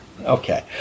Okay